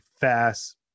fast